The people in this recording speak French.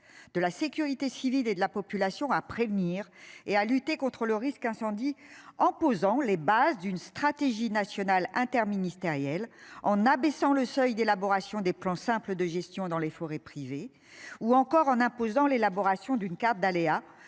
de la sécurité civile et de la population à prévenir et à lutter contre le risque incendie en posant les bases d'une stratégie nationale interministérielle en abaissant le seuil d'élaboration des plans simples de gestion dans les forêts privées ou encore en imposant l'élaboration d'une carte d'aléa